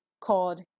called